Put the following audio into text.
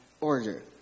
order